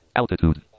altitude